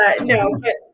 No